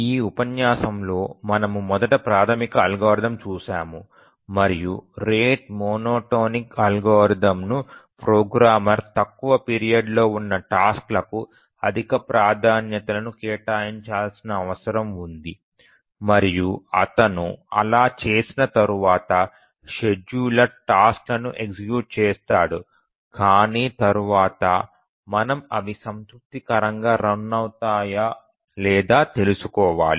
ఈ ఉపన్యాసంలో మనము మొదట ప్రాథమిక అల్గోరిథం చూశాము మరియు రేట్ మోనోటోనిక్ అల్గోరిథంను ప్రోగ్రామర్ తక్కువ పీరియడ్ లో ఉన్న టాస్క్ లకు అధిక ప్రాధాన్యతలను కేటాయించాల్సిన అవసరం ఉంది మరియు అతను అలా చేసిన తర్వాత షెడ్యూలర్ టాస్క్ లను ఎగ్జిక్యూట్ చేస్తాడు కాని తరువాత మనం అవి సంతృప్తికరంగా రన్ అవుతాయ లేదో తెలుసుకోవాలి